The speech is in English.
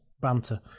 banter